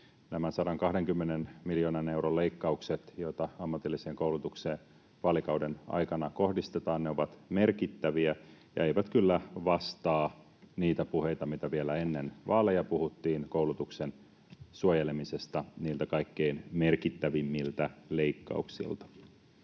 Nämä 120 miljoonan euron leikkaukset, joita ammatilliseen koulutukseen vaalikauden aikana kohdistetaan, ovat merkittäviä ja eivät kyllä vastaa niitä puheita, mitä vielä ennen vaaleja puhuttiin koulutuksen suojelemisesta niiltä kaikkein merkittävimmiltä leikkauksilta.